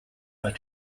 but